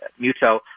Muto